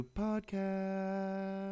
podcast